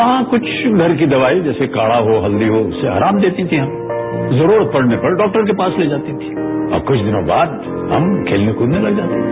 मां कुछ घर की दवाई जैसे काढ़ा हो हल्दी हो उससे आराम देती थी हमें जरूरत पड़ने पर डॉक्टर के पास ले जाती थी और कुछ दिनों बाद हम खेलने कुदने लग जाते थे